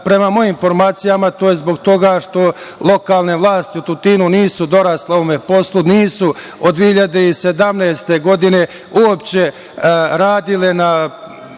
prema mojim informacijama, to je zbog toga što lokalne vlasti u Tutinu nisu dorasle ovome poslu, nisu od 2017. godine uopšte radile na